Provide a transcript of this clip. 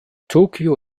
tokio